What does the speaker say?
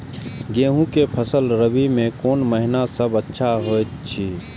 गेहूँ के फसल रबि मे कोन महिना सब अच्छा होयत अछि?